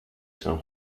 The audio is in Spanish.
san